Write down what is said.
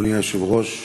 אדוני היושב-ראש,